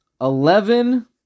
eleven